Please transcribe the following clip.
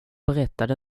berättade